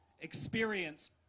experience